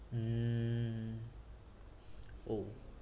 mm oh